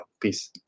Peace